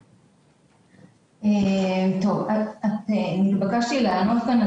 9 בפברואר 2021. אני מתכבדת לפתוח את הישיבה.